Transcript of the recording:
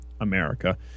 America